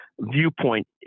viewpoint